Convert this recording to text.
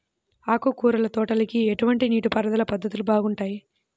ఆకుకూరల తోటలకి ఎటువంటి నీటిపారుదల పద్ధతులు బాగుంటాయ్?